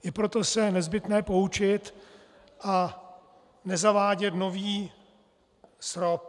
I proto je nezbytné se poučit a nezavádět nový SROP.